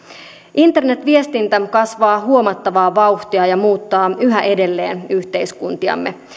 internetviestintä kasvaa huomattavaa vauhtia ja muuttaa yhä edelleen yhteiskuntiamme